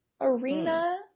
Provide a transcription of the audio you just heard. arena